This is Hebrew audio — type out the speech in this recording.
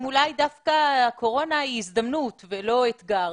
אולי הקורונה היא דווקא הזדמנות ולא אתגר.